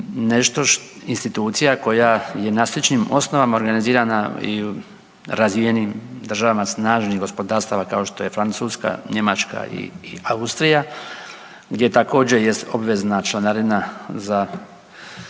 nešto, institucija koja je na sličnim osnovama organizirana i u razvijenijim državama snažnih gospodarstava kao što je Francuska, Njemačka i Austrija, gdje također, jest obvezna članarina za